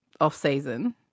off-season